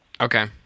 Okay